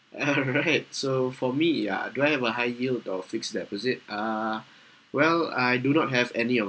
a'ah right so for me ah do I have a high yield or fixed deposit uh well I do not have any of